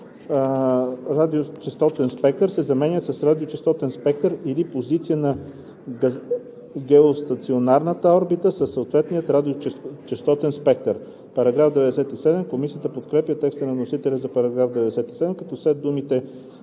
радиочестотен спектър“ се заменят с „радиочестотен спектър или позиция на геостационарната орбита със съответния радиочестотен спектър“.“ Комисията подкрепя текста на вносителя за § 97, като след думите